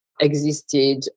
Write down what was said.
existed